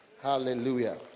Hallelujah